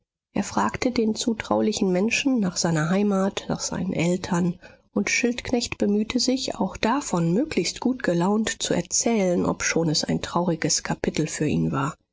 er fragte den zutraulichen menschen nach seiner heimat nach seinen eltern und schildknecht bemühte sich auch davon möglichst gutgelaunt zu erzählen obschon es ein trauriges kapitel für ihn war